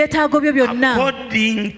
according